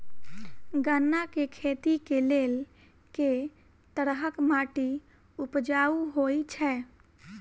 गन्ना केँ खेती केँ लेल केँ तरहक माटि उपजाउ होइ छै?